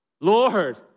Lord